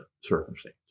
circumstances